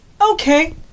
okay